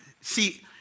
see